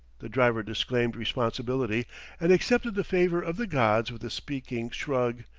the driver disclaimed responsibility and accepted the favor of the gods with a speaking shrug.